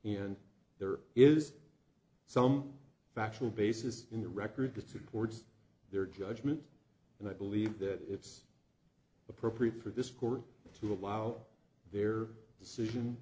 and there is some factual basis in the record that supports their judgment and i believe that it's appropriate for this court to allow their decision